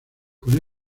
con